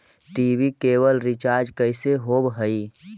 TV cable recharge कैसे होब हइ?